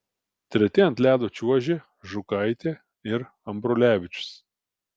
treti ant ledo čiuožė žukaitė ir ambrulevičius